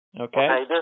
Okay